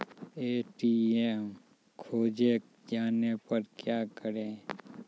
ATM खोजे जाने पर क्या करें?